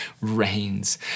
reigns